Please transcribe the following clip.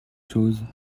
chose